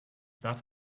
that